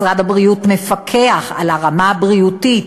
משרד הבריאות מפקח על רמת הבריאות.